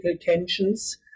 tensions